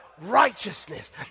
Righteousness